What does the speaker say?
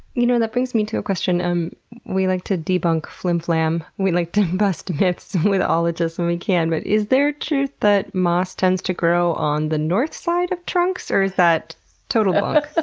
you know, that brings me to a question um we like to debunk flimflam, we like to bust myths with ologists when we can but is there truth that moss tends to grow on the north side of trunks or is that total bunk? it's